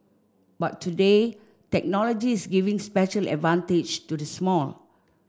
but today technology is giving special advantage to the small